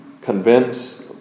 convince